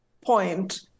point